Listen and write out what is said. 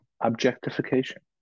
objectification